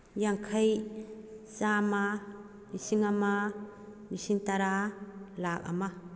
ꯌꯥꯡꯈꯩ ꯆꯥꯃ ꯂꯤꯁꯤꯡ ꯑꯃ ꯂꯤꯁꯤꯡ ꯇꯔꯥ ꯂꯥꯈ ꯑꯃ